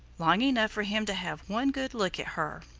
long enough for him to have one good look at her.